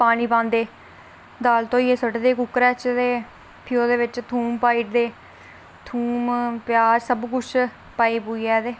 पानी पांदे दाल धोइयै उसी ओहदे च सु'टदे बिच थूम पाई ओड़दे थूम प्याज सब किश पाई पूइयै ते